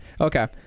Okay